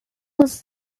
was